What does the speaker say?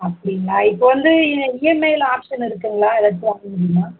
அப்படிங்களா இப்போ வந்து இஎம்ஐயில் ஆப்ஷன் இருக்குதுங்களா ஏதாச்சும் வாங்க முடியுமா